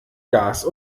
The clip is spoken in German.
gas